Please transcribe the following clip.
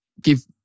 Give